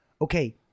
Okay